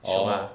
oh